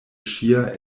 ŝia